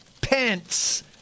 Pence